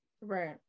Right